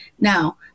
Now